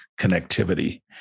connectivity